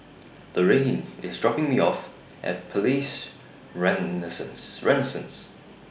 Loraine IS dropping Me off At Palais Renaissance